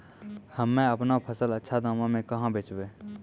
हम्मे आपनौ फसल अच्छा दामों मे कहाँ बेचबै?